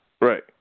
Right